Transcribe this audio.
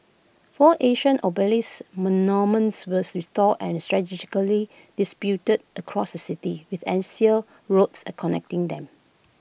four ancient obelisk monuments were restored and strategically distributed across the city with axial roads connecting them